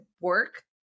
work